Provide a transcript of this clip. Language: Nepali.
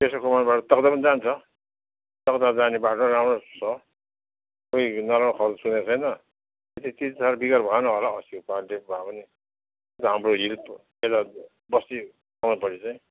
पेसोक कमानबाट तग्दा पनि जान्छ तग्दा जाने बाटो राम्रो छ उही नराम्रो खबर सुनेको छैन त्यति त बिगार भएन होला अस्तिको पानिले भए पनि हाम्रो हिल यता बस्ती कमानपट्टि चाहिँ